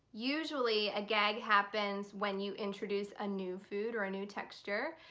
usually a gag happens when you introduce a new food or a new texture,